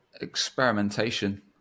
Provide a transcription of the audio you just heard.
experimentation